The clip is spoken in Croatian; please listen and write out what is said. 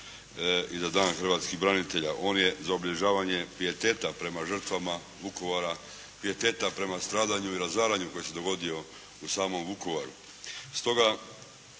i za Dan hrvatskih branitelja. On je za obilježavanje pijeteta prema žrtvama Vukovara, pijeteta prema stradanju i razaranju koji se dogodio u samom Vukovaru.